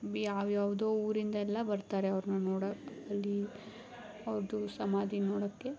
ಬೇ ಯಾವ ಯಾವುದೋ ಊರಿಂದೆಲ್ಲ ಬರ್ತಾರೆ ಅವ್ರನ್ನ ನೋಡ ಅಲ್ಲಿ ಅವ್ರದ್ದು ಸಮಾಧಿ ನೋಡೋಕೆ